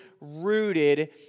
rooted